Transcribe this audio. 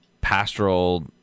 pastoral